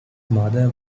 mother